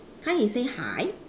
can't he say hi